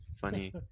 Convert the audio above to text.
funny